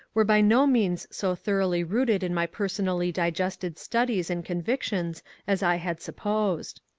were by no means so thoroughly rooted in my per sonally digested studies and convictions as i had supposed.